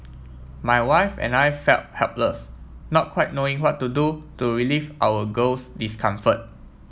my wife and I felt helpless not quite knowing what to do to relieve our girl's discomfort